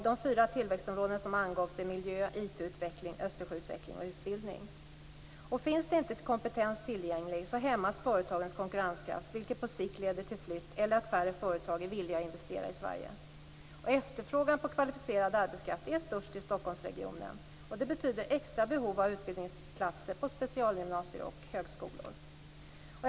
De fyra tillväxtområden som angavs är miljö, IT-utveckling, Finns det inte kompetens tillgänglig hämmas företagens konkurrenskraft, vilket på sikt leder till flytt eller till att allt färre företag är villiga att investera i Sverige. Efterfrågan på kvalificerad arbetskraft är störst i Stockholmsregionen. Det betyder extra behov av utbildningsplatser på specialgymnasier och högskolor.